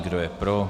Kdo je pro?